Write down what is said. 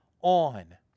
on